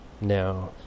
Now